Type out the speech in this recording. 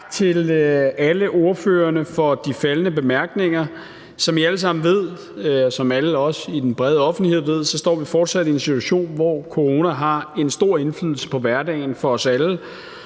som også alle i den brede offentlighed ved, står vi fortsat i en situation, hvor corona har en stor indflydelse på hverdagen for os alle,